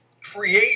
create